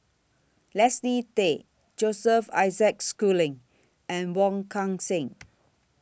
Leslie Tay Joseph Isaac Schooling and Wong Kan Seng